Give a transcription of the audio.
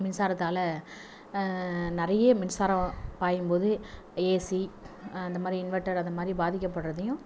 மின்சாரத்தால் நிறைய மின்சாரம் பாயும் போது ஏசி இந்த மாதிரி இன்வட்டர் அதை மாதிரி பாதிக்க படுறதையும்